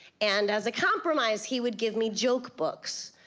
and as a compromise, he would give me joke books.